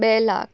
બે લાખ